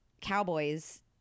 cowboys